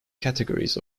categories